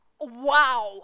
wow